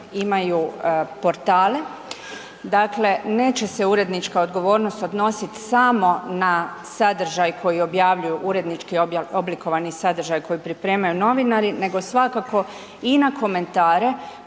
imaju portale. Dakle neće se urednička odgovornost odnositi samo na sadržaj koji objavljuju urednički oblikovani sadržaj koji pripremaju novinari nego svakako i na komentare